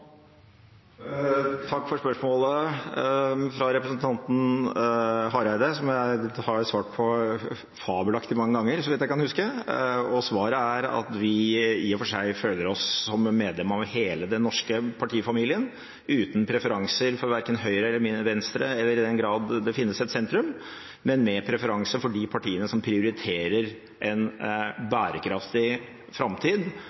Takk for spørsmålet fra representanten Hareide, som jeg har svart på fabelaktig mange ganger, så vidt jeg kan huske. Svaret er at vi i og for seg føler oss som medlem av hele den norske partifamilien, uten preferanser for verken høyre eller venstre eller i den grad det finnes et sentrum, men med preferanse for de partiene som prioriterer en bærekraftig framtid